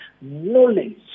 knowledge